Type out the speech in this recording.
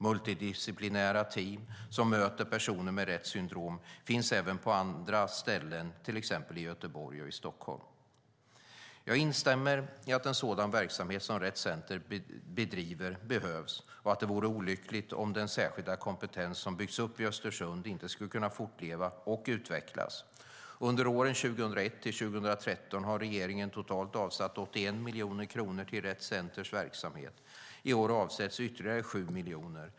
Multidisciplinära team, som möter personer med Retts syndrom finns även på andra ställen, till exempel i Göteborg och i Stockholm. Jag instämmer i att sådan verksamhet som Rett Center bedriver behövs och att det vore olyckligt om den särskilda kompetens som byggts upp i Östersund inte skulle kunna fortleva och utvecklas. Under åren 2001 till 2013 har regeringen totalt avsatt 81 miljoner kronor till Rett Centers verksamhet. I år avsätts ytterligare 7 miljoner.